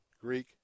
Greek